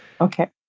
Okay